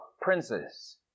princes